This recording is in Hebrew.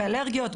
אלרגיות,